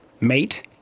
Mate